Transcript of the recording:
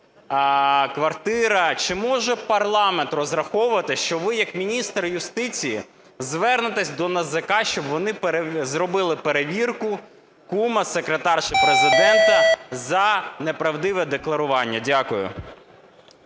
Чи може парламент розраховувати, що ви як міністр юстиції звернетесь до НАЗК, щоб вони зробили перевірку кума секретарки Президента за неправдиве декларування? Дякую.